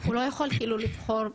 הוא לא יכול כאילו לבחור,